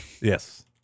Yes